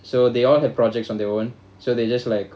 so they all have projects on their own so they just like